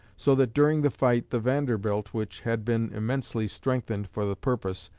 so that during the fight the vanderbilt, which had been immensely strengthened for the purpose,